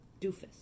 doofus